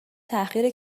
تحقیر